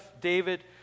David